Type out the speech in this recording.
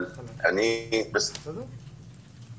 אבל בסופו של דבר